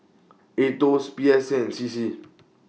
Aetos P S A and C C